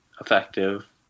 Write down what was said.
effective